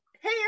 Hey